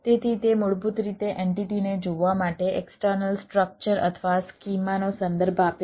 તેથી તે મૂળભૂત રીતે એન્ટિટીને જોવા માટે એક્સટર્નલ સ્ટ્રક્ચર અથવા સ્કીમાનો સંદર્ભ આપે છે